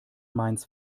mainz